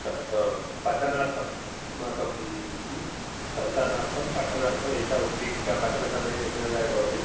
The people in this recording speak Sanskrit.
पठनार्थम् अस्माकं सन्तानार्थं पठनार्थं एषा उत्पीठिका पठनसमये उपयोगाय भवति